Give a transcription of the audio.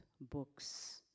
books